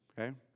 Okay